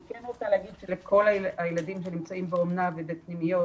לכל הילדים שנמצאים באומנה ובפנימיות